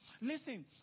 Listen